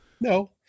no